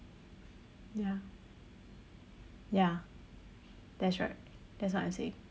ya ya that's right that's what I'm saying